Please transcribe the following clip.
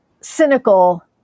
cynical